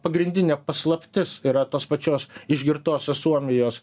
pagrindinė paslaptis yra tos pačios išgirtosios suomijos